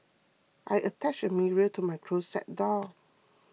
I attached a mirror to my closet door